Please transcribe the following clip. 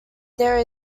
there